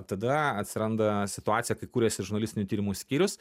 tada atsiranda situacija kai kuriasi žurnalistinių tyrimų skyrius